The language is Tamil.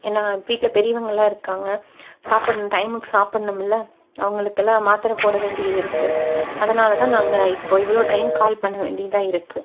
ஏன்னா வீட்டில பெரியவங்கள்லாம் இருக்காங்க சாப்பிட்ணும் டைமுக்கு சாப்பிட்ணுமில்ல அவங்களுக்கெல்லாம் மாத்தரை போடவேண்டியது இருக்குது அதனால்தான் நாங்கள் இப்போது இவ்வளோ டைம் கால் பண்ண வேண்டியதாக இருக்குது